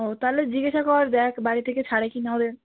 ও তাহলে জিজ্ঞেস কর দেখ বাড়ি থেকে ছাড়ে কি না ওদের